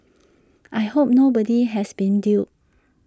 I hope nobody has been duped